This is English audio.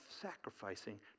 sacrificing